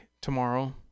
tomorrow